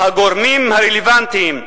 הגורמים הרלוונטיים זהים,